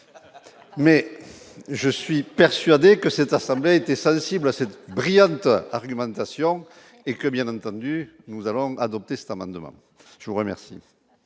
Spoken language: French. mais je suis persuadé que cette assemblée a été sensible à cette brillante argumentation et que bien entendu nous allons adopter cet amendement, je vous remercie.